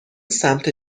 سمت